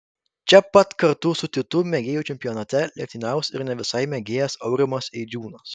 čia pat kartu su titu mėgėjų čempionate lenktyniaus ir ne visai mėgėjas aurimas eidžiūnas